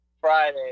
Friday